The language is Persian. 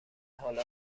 حالا